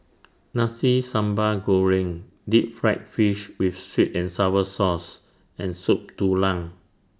Nasi Sambal Goreng Deep Fried Fish with Sweet and Sour Sauce and Soup Tulang